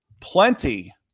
plenty